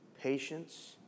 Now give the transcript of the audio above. patience